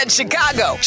Chicago